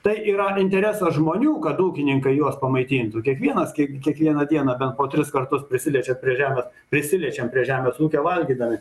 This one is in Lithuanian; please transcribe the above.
tai yra interesas žmonių kad ūkininkai juos pamaitintų kiekvienas kiek kiekvieną dieną bent po tris kartus prisiliečiat prie žemės prisiliečiam prie žemės ūkio valgydami